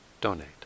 donate